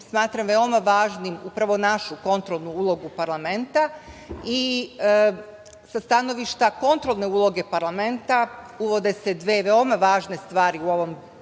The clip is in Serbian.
smatram veoma važnom upravo našu kontrolnu ulogu parlamenta i sa stanovišta kontrolne uloge parlamenta uvode se dve veoma važne stvari u ovom